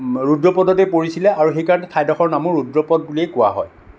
ৰূদ্ৰপদতে পৰিছিলে আৰু সেইকাৰণে ঠাইডোখৰৰ নামো ৰূদ্ৰপদ বুলিয়ে কোৱা হয়